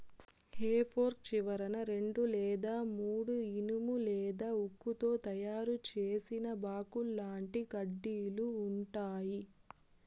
హె fork చివరన రెండు లేదా మూడు ఇనుము లేదా ఉక్కుతో తయారు చేసిన బాకుల్లాంటి కడ్డీలు ఉంటాయి